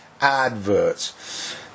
adverts